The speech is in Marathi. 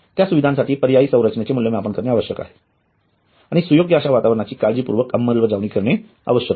त्या सुविधांसाठी पर्यायी संरचनेचे मूल्यमापन करणे आवश्यक आहे आणि सुयोग्य अश्या वातावरणाची काळजीपूर्वक अंलबजावणी करणे आवश्यक आहे